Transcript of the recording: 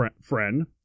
friend